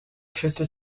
ufite